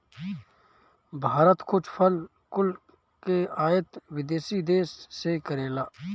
भारत कुछ फल कुल के आयत विदेशी देस से करेला